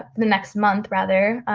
the next month rather,